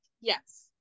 yes